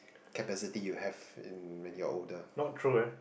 capacity you have in radio order